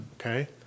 okay